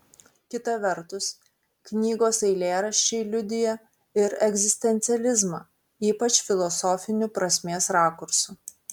kita vertus knygos eilėraščiai liudija ir egzistencializmą ypač filosofiniu prasmės rakursu